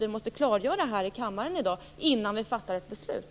Detta måste vi klargöra här i kammaren i dag innan vi fattar beslut.